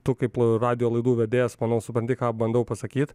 tu kaip radijo laidų vedėjas manau supranti ką bandau pasakyt